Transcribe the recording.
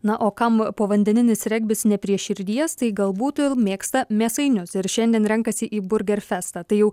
na o kam povandeninis regbis ne prie širdies tai galbūt mėgsta mėsainius ir šiandien renkasi į burgerfestą tai jau